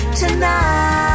tonight